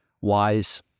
WISE